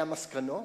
והמסקנות: